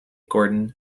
gordon